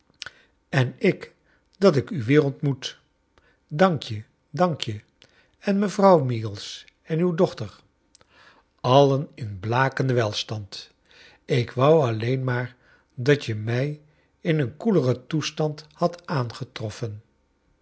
en ik dat ik u weer ontmoet dank je dank je en mevrouw meagles en uw dochter allen in blakenden welstand ik wou alleen maar dat je mij in eon koeleren toestand hadt aangetroffen